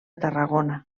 tarragona